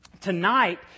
Tonight